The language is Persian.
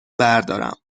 بردارم